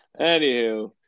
Anywho